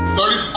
thirty